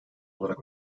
olarak